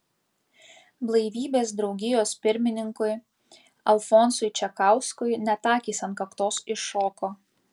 blaivybės draugijos pirmininkui alfonsui čekauskui net akys ant kaktos iššoko